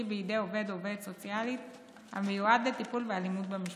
בידי עובד או עובדת סוציאלית המיועד לטיפול באלימות במשפחה.